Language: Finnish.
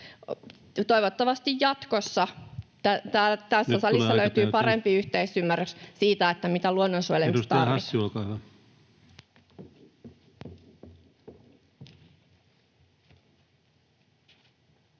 aika täyteen!] tässä salissa löytyy parempi yhteisymmärrys siitä, mitä luonnon suojelemisessa tarvitaan.